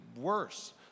worse